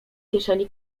kieszeni